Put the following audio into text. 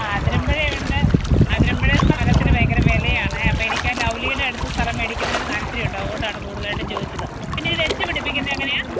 അതിരമ്പഴയുണ്ട് അതിരമ്പുഴയില് സ്ഥലത്തിന് ഭയങ്കര വിലയാണ് അപ്പോഴെനിക്ക് ലൗലീടടുത്ത് സ്ഥലം മേടിക്കുന്നതിനോട് താല്പര്യമുണ്ട് അതുകൊണ്ടാണ് കൂടുതലായിട്ടും ചോദിച്ചത് പിന്നെയിത് വെച്ച് പിടിപ്പിക്കുന്നതെങ്ങനെയാ